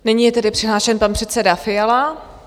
Nyní je tedy přihlášen pan předseda Fiala.